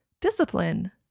discipline